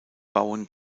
bauen